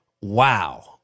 wow